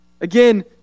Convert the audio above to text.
Again